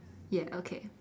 ya okay